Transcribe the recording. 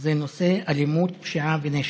הוא נושא אלימות, פשיעה ונשק,